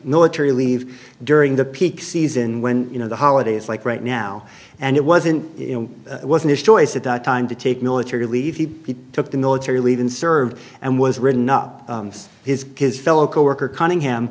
military leave during the peak season when you know the holiday is like right now and it wasn't wasn't his choice at the time to take military leave he took the military leave and served and was written up his kids fellow coworker cunningham